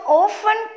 often